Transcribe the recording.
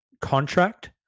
contract